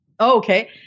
Okay